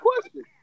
question